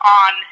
on